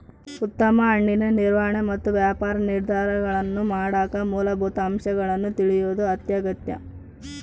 ಉತ್ತಮ ಹಣ್ಣಿನ ನಿರ್ವಹಣೆ ಮತ್ತು ವ್ಯಾಪಾರ ನಿರ್ಧಾರಗಳನ್ನಮಾಡಕ ಮೂಲಭೂತ ಅಂಶಗಳನ್ನು ತಿಳಿಯೋದು ಅತ್ಯಗತ್ಯ